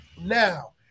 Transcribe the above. now